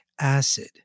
acid